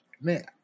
Man